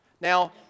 Now